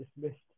dismissed